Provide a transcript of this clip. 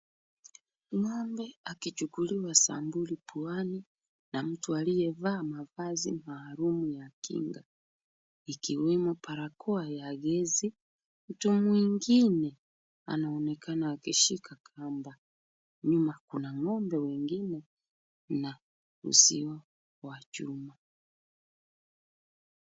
Ng'ombe akichukuliwa sampuli puani na mtu aliyevaa mavazi maalum ya kinga ikiwemo barakoa ya gesi. Mtu mwingine anaonekana akishika kamba. Nyuma kuna ng'ombe mwingine na uzio wa chuma.